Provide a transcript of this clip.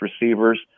receivers